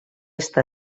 est